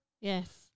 Yes